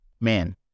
man